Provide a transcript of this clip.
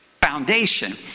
foundation